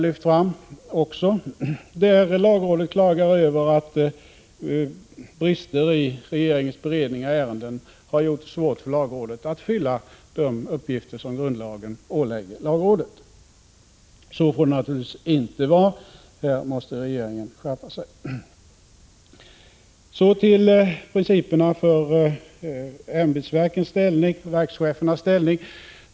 Lagrådet klagar som sagt över att brister i regeringens beredning av ärenden har gjort det svårt för lagrådet att fylla de uppgifter som grundlagen ålägger lagrådet. På detta sätt får det naturligtvis inte vara. Härvidlag måste regeringen skärpa sig. Så till principerna för ämbetsverkens och verkschefernas ställning.